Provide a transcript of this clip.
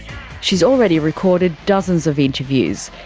she's already recorded dozens of interviews,